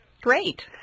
great